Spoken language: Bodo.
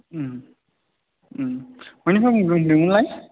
मानिफ्राय बुंदों होनदोंमोनलाय